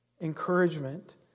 encouragement